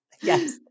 Yes